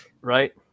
Right